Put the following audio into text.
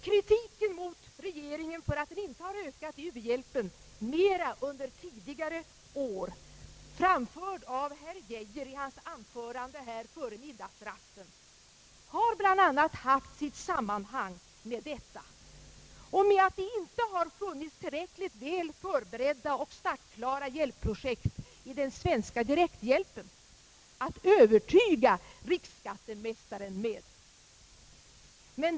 Kritiken mot regeringen för att inte ha ökat u-hjälpen mera under tidigare år, framförd av herr Geijer i hans anförande före middagsrasten, har bland annat haft sitt sammanhang med detta och med att det inte har funnits väl förberedda och startklara hjälpprojekt i den svenska direkthjälpen att övertyga riksskattemästaren med.